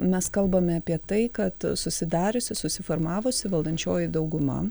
mes kalbame apie tai kad susidariusi susiformavusi valdančioji dauguma